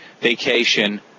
Vacation